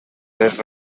les